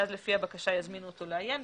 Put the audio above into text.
ואז לפי הבקשה יזמינו אותו לעיין,